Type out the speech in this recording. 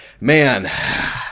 man